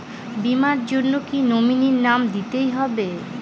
বীমার জন্য কি নমিনীর নাম দিতেই হবে?